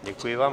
Děkuji vám.